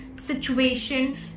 situation